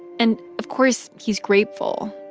and, of course, he's grateful.